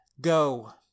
Go